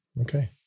Okay